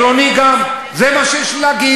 אני קורא מה שמוכתב לי.